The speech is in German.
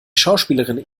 schauspielerin